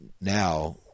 Now